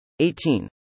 18